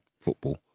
football